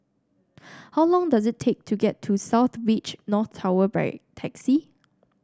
how long does it take to get to South Beach North Tower by taxi